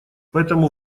поэтому